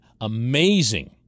amazing